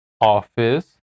office